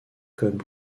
comme